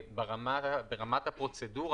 ברמת הפרוצדורה,